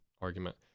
argument